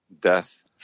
death